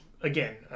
again